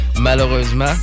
malheureusement